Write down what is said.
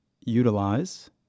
utilize